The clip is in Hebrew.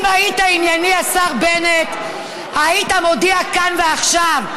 אם היית ענייני, השר בנט, היית מודיע כאן ועכשיו: